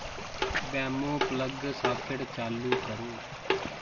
वेमो plug socket चालू करो